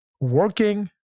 working